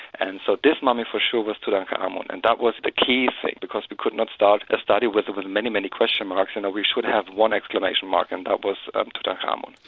and and so this mummy for sure was tutankhamen and that was the key thing because we could not start a study with but and many, many question marks, and we should have one exclamation mark and that was um tutankhamen.